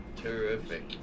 Terrific